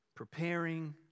preparing